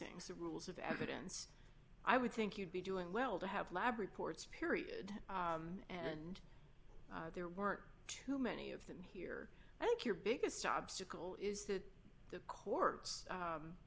things the rules of evidence i would think you'd be doing well to have lab reports period and there weren't too many of them here i think your biggest obstacle is that the courts